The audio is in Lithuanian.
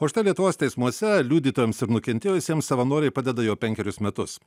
o štai lietuvos teismuose liudytojams ir nukentėjusiems savanoriai padeda jau penkerius metus